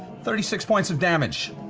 thirty six points of damage.